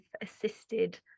assisted